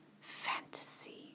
fantasy